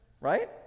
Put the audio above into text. right